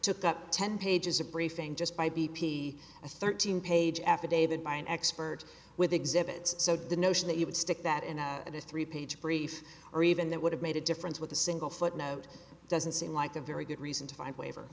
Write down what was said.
took up ten pages a briefing just by b p a thirteen page affidavit by an expert with exhibits so the notion that you would stick that in a three page brief or even that would have made a difference with a single footnote doesn't seem like a very good reason to find waiver